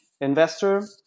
investor